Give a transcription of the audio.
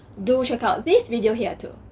do check out this video here too.